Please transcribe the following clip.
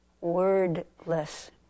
wordless